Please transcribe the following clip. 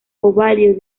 ovario